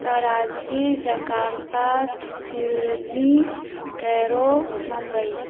Karachi Jakarta Sydney Cairo Mumbai